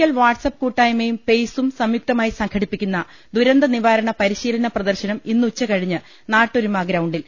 Eranhikkal WhatsApp കൂട്ടായ്മയും പേയ്സും സംയുക്തമായി സംഘടിപ്പിക്കുന്ന ദുരന്തനിവാരണ പരിശീലന പ്രദർശനം ഇന്ന് ഉച്ചക ഴിഞ്ഞ് നാട്ടൊരുമ ഗ്രൌണ്ടിൽ